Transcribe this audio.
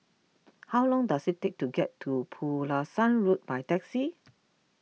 how long does it take to get to Pulasan Road by taxi